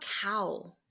cow